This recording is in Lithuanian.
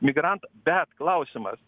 migrantą bet klausimas